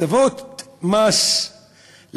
הטבות מס למתיישבים